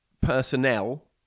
personnel